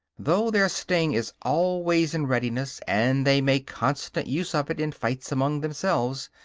though their sting is always in readiness, and they make constant use of it in fights among themselves,